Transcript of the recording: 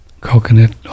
coconut